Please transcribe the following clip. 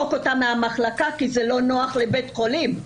לזרוק אותם מהמחלקה כי זה לא נוח לבית חולים,